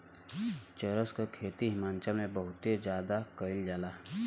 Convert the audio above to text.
चरस क खेती हिमाचल में बहुते जादा कइल जाला